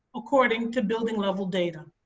according to building level data.